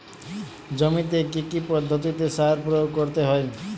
জমিতে কী কী পদ্ধতিতে সার প্রয়োগ করতে হয়?